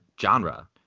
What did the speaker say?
genre